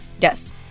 yes